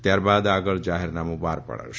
ત્યારબાદ આગળ જાહેરનામું બહાર પડાશે